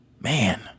man